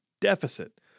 deficit